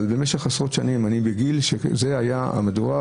אבל במשך עשרות שנים היו אומרים במהדורת